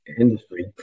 industry